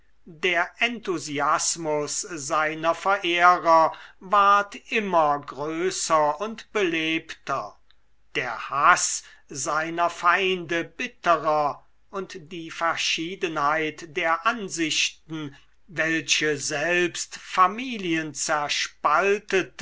der enthusiasmus seiner verehrer ward immer größer und belebter der haß seiner feinde bitterer und die verschiedenheit der ansichten welche selbst